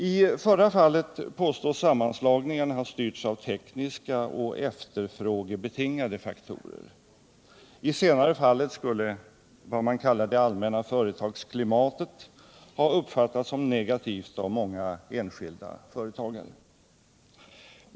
I förra fallet påstås sammanslagningarna ha styrts av tekniska och efterfrågebetingade faktorer. I senare fallet skulle vad man kallar för ”det allmänna företagsklimatet” ha uppfattats som negativt av många enskilda företagare.